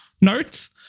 notes